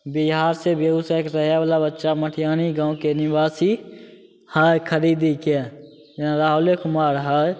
बिहारसे बेगूसरायके रहैवला बच्चा मटिहानी गामके निवासी हइ खरिदीके जेना राहुले कुमार हइ